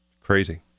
Crazy